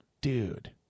dude